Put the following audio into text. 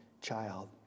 child